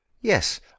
Yes